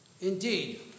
Indeed